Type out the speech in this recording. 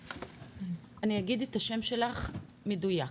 אני אגיד את השם שלך מדויק,